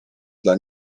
dla